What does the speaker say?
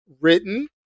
written